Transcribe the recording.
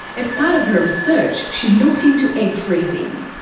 as part of her research, she looked into egg freezing.